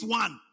one